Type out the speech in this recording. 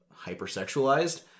hypersexualized